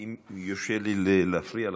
אם יורשה לי להפריע לך,